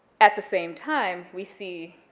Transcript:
at the same time, we see,